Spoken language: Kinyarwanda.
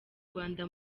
rwanda